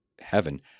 heaven